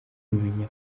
kumenya